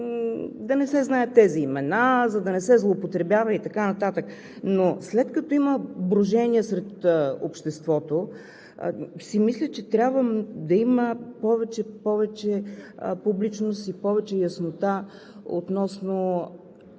да не се знаят тези имена, за да не се злоупотребява и така нататък, но след като има брожения сред обществото, мисля, че трябва да има повече публичност и повече яснота относно